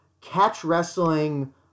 catch-wrestling